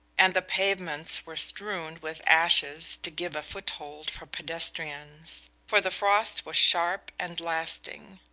and the pavements were strewn with ashes to give a foothold for pedestrians. for the frost was sharp and lasting.